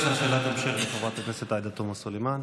שאלת המשך לחברת הכנסת עאידה תומא סלימאן.